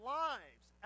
lives